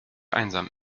einsam